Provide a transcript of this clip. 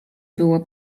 było